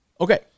okay